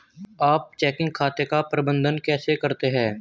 आप चेकिंग खाते का प्रबंधन कैसे करते हैं?